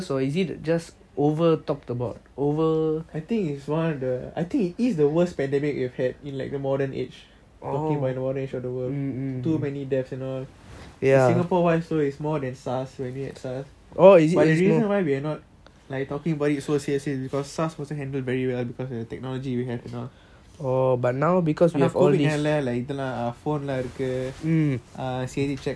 I think is one of the I think it is the worst pandemic we have had in like the modern age modern age of the world too many deaths and all singapore [one] also it's more than SARS when we had SARS but the reason why we're not like talking about it so seriously because SARS wasn't handled very well because the technology we have you know ஆனா:aana COVID நாலா:naala phone லாம் இருக்கு செய்தி:laam iruku seithi check பண்ணலாம்:panalam easily so the